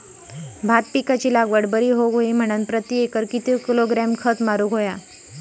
भात पिकाची लागवड बरी होऊक होई म्हणान प्रति एकर किती किलोग्रॅम खत मारुक होया?